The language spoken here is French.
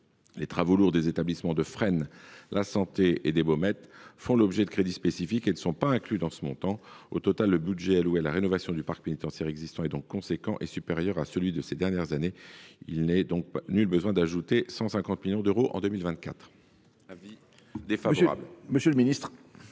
Les travaux lourds des établissements de Fresnes, de la Santé et des Baumettes font l’objet de crédits spécifiques et ne sont pas inclus dans ce montant. Bref, le budget total alloué à la rénovation du parc pénitentiaire existant est significatif et supérieur à celui de ces dernières années. Il n’est donc nullement besoin d’y ajouter 150 millions d’euros en 2024. La commission a donc émis